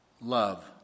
Love